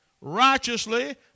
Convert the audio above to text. righteously